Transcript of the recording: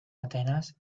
atenas